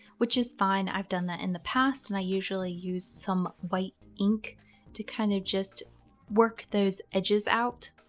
which is fine. i've done that in the past and i usually use some white ink to kind of just work those edges out.